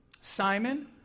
Simon